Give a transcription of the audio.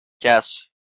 Yes